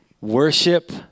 Worship